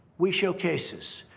we show cases,